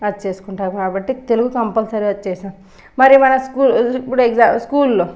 అది చేసుకుంటాం కాబట్టి తెలుగు కంపల్సరీ వస్తుంది మరి వాళ్ళ స్కూల్లో ఇప్పుడు ఎక్సాంపుల్ స్కూల్లో